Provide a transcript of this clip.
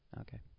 Okay